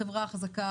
חברה חזקה,